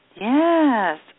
yes